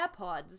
AirPods